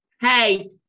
Hey